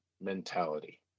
mentality